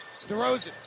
DeRozan